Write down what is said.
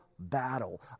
battle